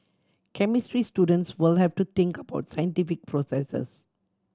chemistry students will have to think about scientific processes